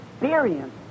experience